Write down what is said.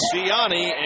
Siani